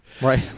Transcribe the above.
Right